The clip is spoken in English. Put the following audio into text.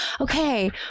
okay